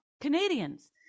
Canadians